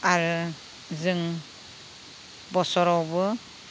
आरो जों बोसोरावबो